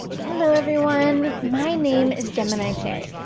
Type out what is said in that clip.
hello, everyone. my name is geminitay.